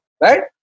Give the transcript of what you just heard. Right